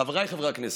חבריי חברי הכנסת,